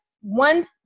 one